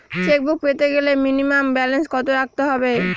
Chequebook পেতে গেলে minimum balance কত রাখতে হবে?